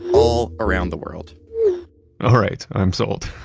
all around the world all right, i'm sold.